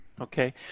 Okay